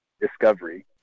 discovery